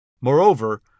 Moreover